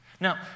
Now